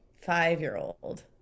five-year-old